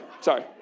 sorry